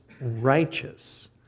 righteous